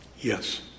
Yes